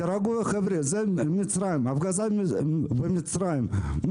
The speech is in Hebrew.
תירגעו חבר'ה, הפגזה במצרים.